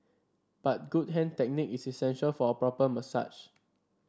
but good hand technique is essential for a proper massage